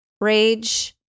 rage